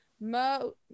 Mo